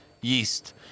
yeast